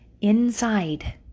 Inside